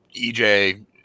EJ